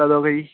ਚਲੋ ਬਈ